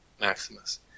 Maximus